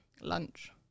lunch